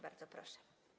Bardzo proszę.